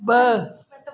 ब॒